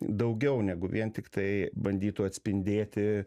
daugiau negu vien tiktai bandytų atspindėti